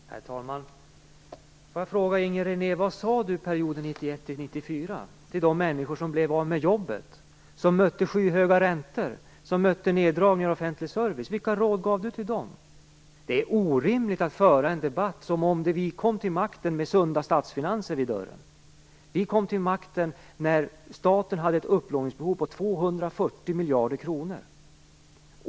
Herr talman! Får jag fråga vad Inger René sade under perioden 1991-1994 till de människor som blev av med jobbet, som mötte skyhöga räntor och neddragningar i offentlig service? Vilka råd gav hon till dem? Det är orimligt att föra en debatt med utgångspunkten att vi kom till makten med sunda statsfinanser vid dörren. Vi kom till makten när staten hade ett upplåningsbehov på 240 miljarder kronor.